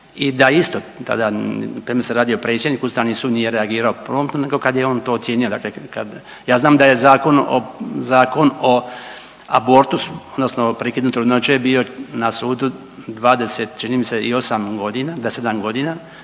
I da isto tada, premda se radi o predsjedniku Ustavni sud nije reagirao promptno, nego kad je on to ocijenio. Dakle kad, ja znam da je Zakon o abortusu, odnosno o prekidu trudnoće je bio na sudu 20 čini mi se i